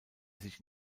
sich